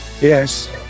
yes